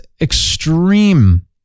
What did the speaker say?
extreme